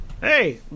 Hey